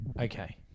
Okay